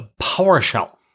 PowerShell